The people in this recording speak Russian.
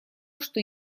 что